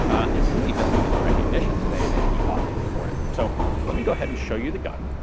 and really doesn't get the recognition today that he ought to for it. so let me go ahead and show you the gun,